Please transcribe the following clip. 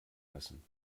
lassen